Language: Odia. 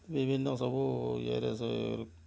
ବିଭିନ୍ନ ସବୁ ଇଏରେ ସେ